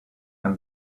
and